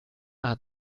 hat